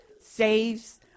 saves